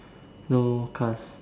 no cars